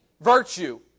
virtue